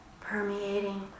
permeating